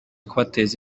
kubateza